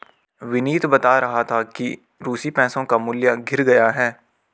विनीत बता रहा था कि रूसी पैसों का मूल्य गिर गया है